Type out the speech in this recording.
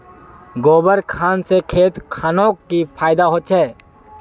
गोबर खान से खेत खानोक की फायदा होछै?